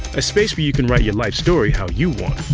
a space where you can write your life story how you want.